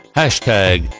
hashtag